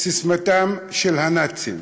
ססמתם של הנאצים.